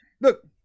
Look